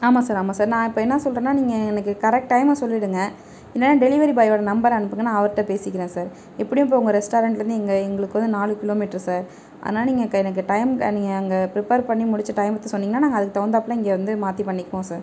ஆமாம் சார் ஆமாம் சார் நான் இப்போ என்ன சொல்கிறேன்னா நீங்கள் எனக்கு கரெக்ட் டைமை சொல்லிவிடுங்க இல்லைனா டெலிவரி பாயோட நம்பர் அனுப்புங்க நான் அவர்கிட்ட பேசிக்கிறேங்க சார் எப்படியும் இப்போ உங்கள் ரெஸ்ட்டாரண்டில் இருந்து இங்கே எங்களுக்கு வந்து நாலு கிலோ மீட்ரு சார் அதனால நீங்கள் எனக்கு டைம் நீங்கள் அங்கே பிரிப்பேர் பண்ணி முடித்த டைம் மட்டும் சொன்னிங்னால் நாங்கள் அதுக்கு தகுந்தாப்பில் இங்கே வந்து மாற்றி பண்ணிக்குவோம் சார்